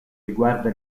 riguarda